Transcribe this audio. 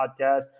podcast